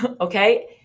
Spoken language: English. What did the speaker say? okay